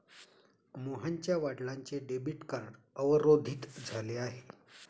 मोहनच्या वडिलांचे debit card अवरोधित झाले आहे